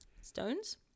Stones